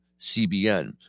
CBN